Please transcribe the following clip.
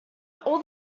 all